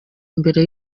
mbere